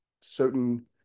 certain